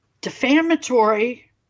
defamatory